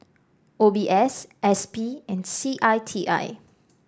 O B S S P and C I T I